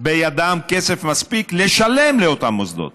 בידם מספיק כסף לשלם לאותם מוסדות?